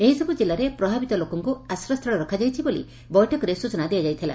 ଏହିସବୁ ଜିଲ୍ଲାରେ ପ୍ରଭାବିତ ଲୋକଙ୍କୁ ଆଶ୍ରୟସ୍ଚଳରେ ରଖାଯାଇଛି ବୋଲି ବୈଠକରେ ସୂଚନା ଦିଆଯାଇଥିଲା